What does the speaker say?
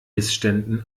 missständen